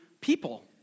people